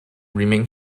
remain